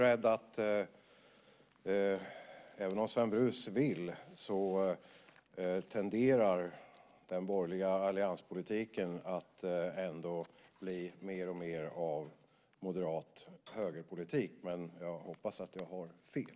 Även om Sven Brus vill annat är jag rädd att den borgerliga allianspolitiken tenderar att bli mer och mer av moderat högerpolitik. Men jag hoppas att jag har fel.